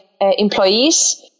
employees